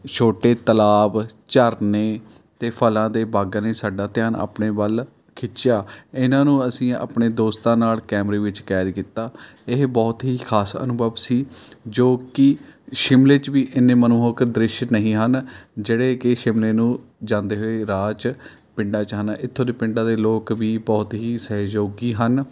ਛੋਟੇ ਤਲਾਬ ਝਰਨੇ ਅਤੇ ਫ਼ਲਾਂ ਦੇ ਬਾਗਾਂ ਨੇ ਸਾਡਾ ਧਿਆਨ ਆਪਣੇ ਵੱਲ਼ ਖਿੱਚਿਆ ਇਹਨਾਂ ਨੂੰ ਅਸੀਂ ਆਪਣੇ ਦੋਸਤਾਂ ਨਾਲ਼ ਕੈਮਰੇ ਵਿੱਚ ਕੈਦ ਕੀਤਾ ਇਹ ਬਹੁਤ ਹੀ ਖਾਸ ਅਨੁਭਵ ਸੀ ਜੋ ਕਿ ਸ਼ਿਮਲੇ 'ਚ ਵੀ ਐਨੇ ਮਨਮੋਹਕ ਦ੍ਰਿਸ਼ ਨਹੀਂ ਹਨ ਜਿਹੜੇ ਕਿ ਸ਼ਿਮਲੇ ਨੂੰ ਜਾਂਦੇ ਹੋਏ ਰਾਹ 'ਚ ਪਿੰਡਾਂ 'ਚ ਹਨ ਇੱਥੋਂ ਦੇ ਪਿੰਡਾਂ ਦੇ ਲੋਕ ਵੀ ਬਹੁਤ ਹੀ ਸਹਿਯੋਗੀ ਹਨ